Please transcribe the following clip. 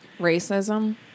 Racism